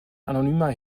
anonymer